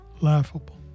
Laughable